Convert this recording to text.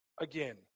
again